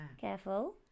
Careful